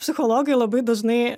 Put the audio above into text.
psichologai labai dažnai